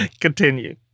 Continue